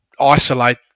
isolate